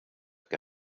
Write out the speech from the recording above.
què